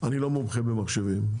לא מומחה במחשבים,